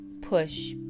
push